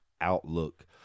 Outlook